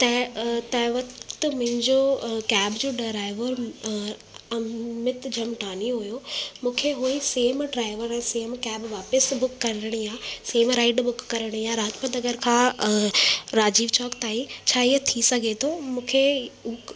तंहिं तंहि वक़्तु मुंहिंजो कैब जो ड्राइवर अमित झमटानी हुओ मूंखे उहा ई सेम ड्राइवर सेम कैब वापसि बुक करणी आहे सेम राइड बुक करणी आहे लाजपत नगर खां राजीव चौक ताईं छा इहो थी सघे थो मूंखे